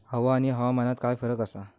हवा आणि हवामानात काय फरक असा?